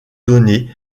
donné